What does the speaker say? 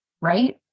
right